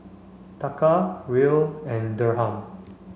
Taka Riel and Dirham